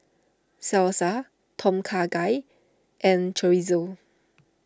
Salsa Tom Kha Gai and Chorizo